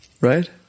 Right